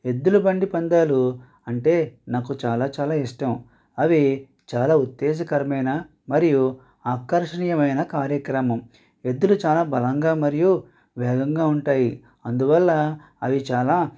ఎద్దుల బండి పందాలు అంటే నాకు చాలా చాలా ఇష్టం అవి చాలా ఉత్తేజకరమైన మరియు ఆకర్షణీయమైన కార్యక్రమం వ్యక్తులు చాలా బలంగా మరియు వేగంగా ఉంటాయి అందువల్ల అవి చాలా